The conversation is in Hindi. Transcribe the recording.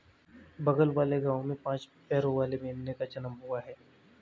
बगल वाले गांव में पांच पैरों वाली मेमने का जन्म हुआ है